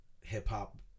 hip-hop